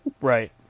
Right